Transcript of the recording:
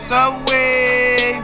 Subway